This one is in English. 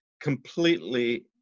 completely